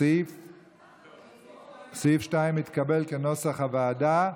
סעיף 2, כנוסח הוועדה,